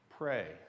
pray